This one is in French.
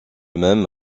même